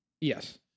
yes